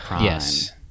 yes